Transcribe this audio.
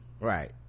right